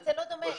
זה לא דומה.